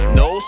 no